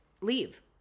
leave